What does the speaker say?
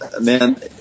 man